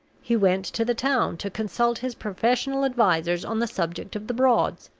he went to the town to consult his professional advisers on the subject of the broads,